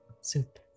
Soup